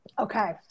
Okay